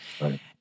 Right